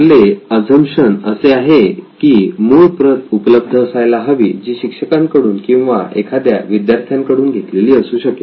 आपले अझम्पशन असे आहे की ती मूळ प्रत उपलब्ध असायला हवी जी शिक्षकांकडून किंवा एखाद्या विद्यार्थ्या कडून घेतलेली असू शकेल